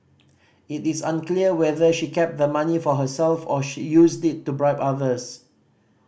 it is unclear whether she kept the money for herself or she used it to bribe others